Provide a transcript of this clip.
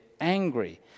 angry